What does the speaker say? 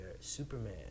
Superman